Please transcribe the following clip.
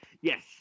Yes